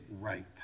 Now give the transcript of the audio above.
right